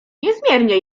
niezmiernie